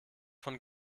von